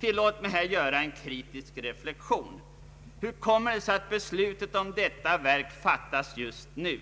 Tillåt mig här att göra en kritisk reflexion: Hur kommer det sig att beslutet om detta verk fattas just nu?